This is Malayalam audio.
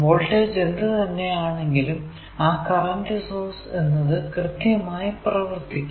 വോൾടേജ് എന്ത് തന്നെ ആണെങ്കിലും ആ കറന്റ് സോഴ്സ് എന്നത് കൃത്യമായി പ്രവർത്തിക്കും